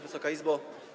Wysoka Izbo!